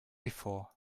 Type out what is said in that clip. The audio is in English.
before